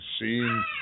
seen